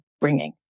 bringing